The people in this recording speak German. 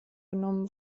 genommen